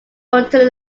until